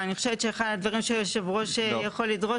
אבל אני חושבת שאחד הדברים שיושב הראש יכול לדרוש